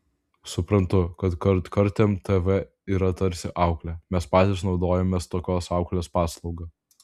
suprantu kad kartkartėm tv yra tarsi auklė mes patys naudojamės tokios auklės paslauga